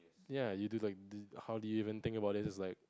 ya you do like this how do you even think about this is like